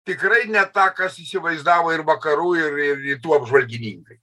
tikrai ne ta kas įsivaizdavo ir vakarų ir ir ir rytų apžvalgininkai